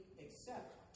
accept